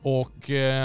och